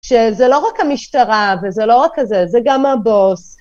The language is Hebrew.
שזה לא רק המשטרה וזה לא רק הזה, זה גם הבוס.